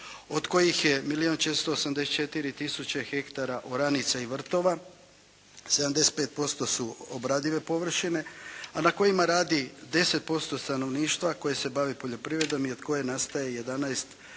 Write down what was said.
od kojih je milijun 484 tisuće hektara oranica i vrtova, 75% su obradive površine a na kojima radi 10% stanovništva koje se bavi poljoprivredom i od koje nastaje 11%